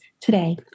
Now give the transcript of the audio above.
today